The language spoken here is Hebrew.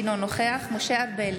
אינו נוכח משה ארבל,